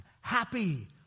Happy